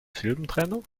silbentrennung